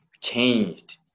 changed